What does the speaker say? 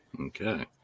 Okay